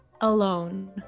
Alone